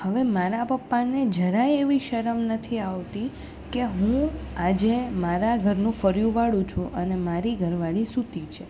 હવે મારા પપ્પાને જરાય એવી શરમ નથી આવતી કે હું આજે મારા ઘરનું ફળિયું વાળુ છું અને મારી ઘરવાળી સૂતી છે